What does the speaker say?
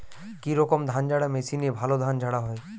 কি রকম ধানঝাড়া মেশিনে ভালো ধান ঝাড়া হয়?